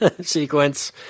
Sequence